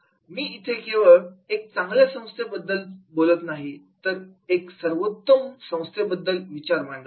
मी इथे केवळ एका चांगल्या संस्थेबद्दलचा नाही तर एका सर्वोत्तम संस्थेबद्दल विचार मांडत आहे